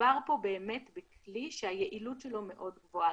שמדובר פה באמת בכלי שהיעילות שלו היא מאוד גבוהה.